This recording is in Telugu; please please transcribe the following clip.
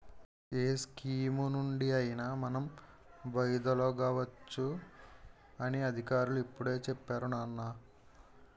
ఏ స్కీమునుండి అయినా మనం వైదొలగవచ్చు అని అధికారులు ఇప్పుడే చెప్పేరు నాన్నా